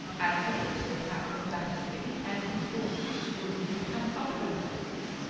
as did also captain battersby, and his horses, grooms, and other belongings.